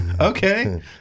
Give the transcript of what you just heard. Okay